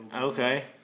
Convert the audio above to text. Okay